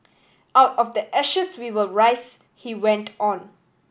out of the ashes we will rise he went on